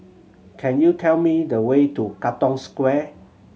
can you tell me the way to Katong Square